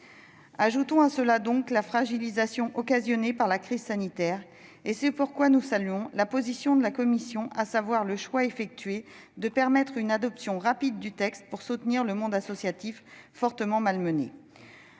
ajouter à cela la fragilisation occasionnée par la crise sanitaire. C'est pourquoi nous saluons la position de la commission de permettre une adoption rapide du texte pour soutenir le monde associatif fortement malmené.